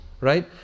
right